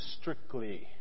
strictly